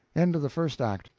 end of the first act.